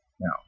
Now